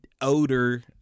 odor